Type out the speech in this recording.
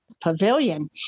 Pavilion